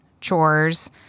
chores